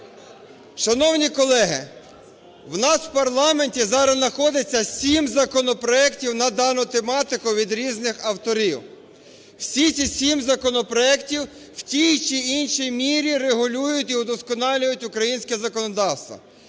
Шановні колеги, у нас в парламенті зараз находиться 7 законопроектів на дану тематику від різних авторів. Всі ці 7 законопроектів у тій чи іншій мірі регулюють і удосконалюють українське законодавство.